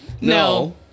No